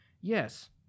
yes